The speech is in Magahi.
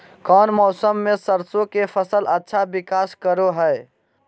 कौन मौसम मैं सरसों के फसल अच्छा विकास करो हय?